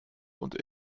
und